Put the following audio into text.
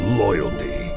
loyalty